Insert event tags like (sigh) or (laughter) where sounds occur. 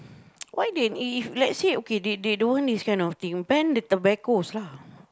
(noise) why then if let's say okay they they don't want this kind of thing ban the tobaccos lah